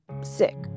sick